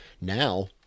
Now